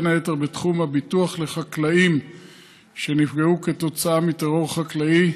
בין היתר בתחום הביטוח לחקלאים שנפגעו כתוצאה מטרור חקלאי,